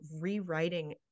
rewriting